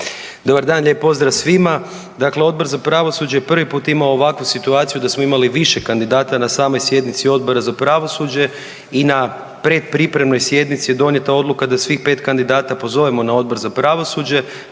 Dobar dan, lijep pozdrav svima. Dakle Odbor za pravosuđe prvi put ima ovakvu situaciju da smo imali više kandidata na samoj sjednici Odbora za pravosuđe i na predpripremnoj sjednici je donijeta odluka da svih 5 kandidata pozovemo na Odbor za pravosuđe,